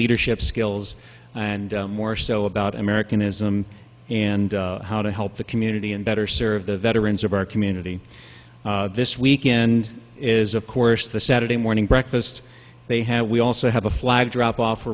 leadership skills and more so about american ism and how to help the community and better serve the veterans of our community this weekend is of course the saturday morning breakfast they have we also have a flag drop off